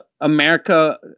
America